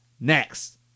Next